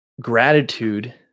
gratitude